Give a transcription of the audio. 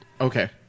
Okay